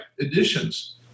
editions